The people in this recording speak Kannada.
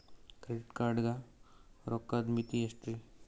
ಕ್ರೆಡಿಟ್ ಕಾರ್ಡ್ ಗ ರೋಕ್ಕದ್ ಮಿತಿ ಎಷ್ಟ್ರಿ?